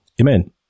Amen